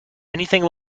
anything